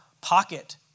pocket